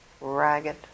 ragged